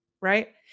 right